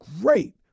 great